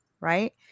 Right